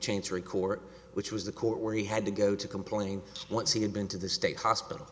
change record which was the court where he had to go to complain once he had been to the state hospital